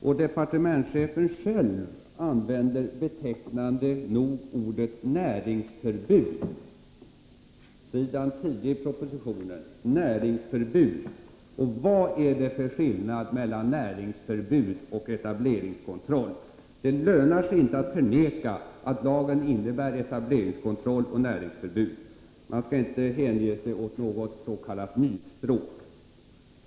Och departementschefen själv använder betecknande nog ordet ”näringsförbud” på s. 10 i propositionen. Vad är det för skillnad mellan näringsförbud och etableringskontroll? Det lönar sig inte att förneka att lagen innebär etableringskontroll och näringsförbud. Man skall inte hänge sig åt s.k. nyspråk.